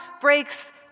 breaks